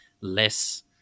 less